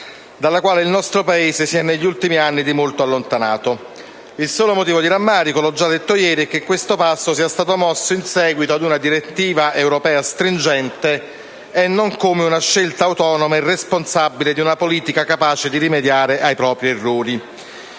dalla quale il nostro Paese negli ultimi anni si è di molto allontanato. Il solo motivo di rammarico, l'ho già detto ieri, è che questo passo sia stato mosso in seguito ad una direttiva europea stringente e non come una scelta autonoma e responsabile di una politica capace di rimediare ai propri errori.